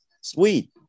Sweet